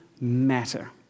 matter